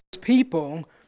people